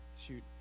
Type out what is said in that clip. shoot